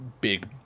big